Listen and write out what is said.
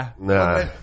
Nah